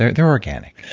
they're they're organic